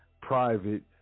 private